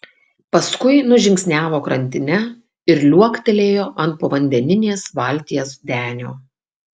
paskui nužingsniavo krantine ir liuoktelėjo ant povandeninės valties denio